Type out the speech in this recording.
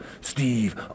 Steve